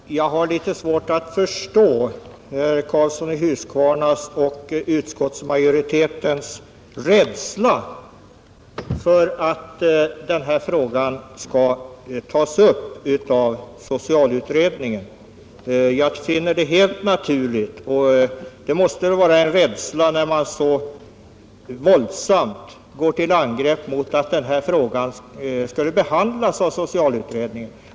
Herr talman! Jag har litet svårt att förstå herr Karlssons i Huskvarna och utskottsmajoritetens rädsla för att den här frågan skall tas upp av socialutredningen. Jag finner det helt naturligt att utredningen tar upp den här saken, och det måste väl vara uttryck för rädsla när man så våldsamt går till angrepp mot argumentet att frågan skall behandlas av socialutredningen.